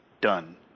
done